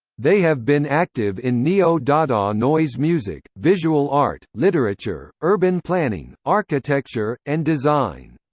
they have been active in neo-dada noise music, visual art, literature, urban planning, architecture, and design.